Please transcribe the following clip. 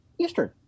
Eastern